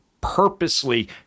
purposely